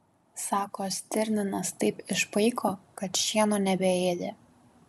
sako stirninas taip išpaiko kad šieno nebeėdė